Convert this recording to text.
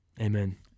Amen